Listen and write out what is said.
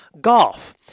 Golf